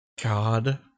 God